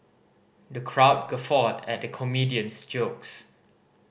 the crowd guffawed at the comedian's jokes